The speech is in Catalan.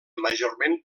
majorment